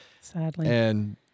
Sadly